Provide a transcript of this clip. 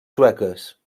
sueques